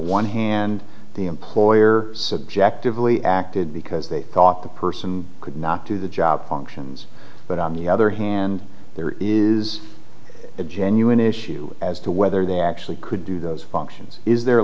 one hand the employer subjectively acted because they thought the person could not do the job functions but on the other hand there is a genuine issue as to whether they actually could do those functions is their